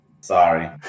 Sorry